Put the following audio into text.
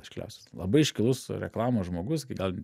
iškiliausias labai iškilus reklamos žmogus gi gal